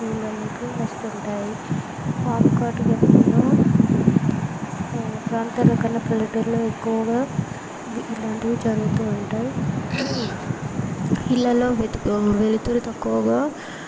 ఊళ్ళలోకి వస్తూ ఉంటాయి పాము కాటు ఘటనల్లో ప్రాంతాల కన్నా పల్లెటూరులో ఎక్కువగా ఇవి ఇలాంటివి జరుగుతూ ఉంటాయి ఇళ్ళల్లో వెతుకు వెలుతురు తక్కువగా